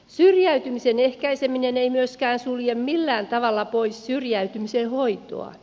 syrjäytymisen ehkäiseminen ei myöskään sulje millään tavalla pois syrjäytymisen hoitoa